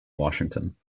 washington